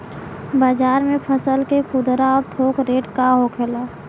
बाजार में फसल के खुदरा और थोक रेट का होखेला?